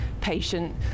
patient